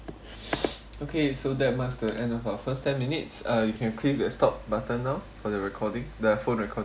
okay so that marks the end of our first ten minutes uh you can click the stop button now for the recording the phone record